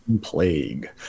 plague